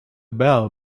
bell